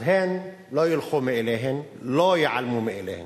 אז הן לא ילכו מאליהן, לא ייעלמו מאליהן.